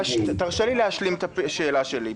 סליחה, תרשה לי להשלים את השאלה שלי.